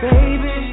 Baby